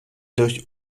durch